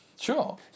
Sure